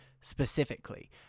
specifically